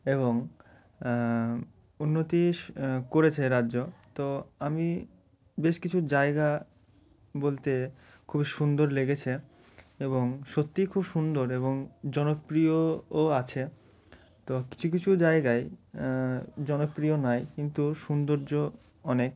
এবং উন্নতি করেছে রাজ্য তো আমি বেশ কিছু জায়গা বলতে খুবই সুন্দর লেগেছে এবং সত্যিই খুব সুন্দর এবং জনপ্রিয়ও আছে তো কিছু কিছু জায়গায় জনপ্রিয় নাই কিন্তু সৌন্দর্য অনেক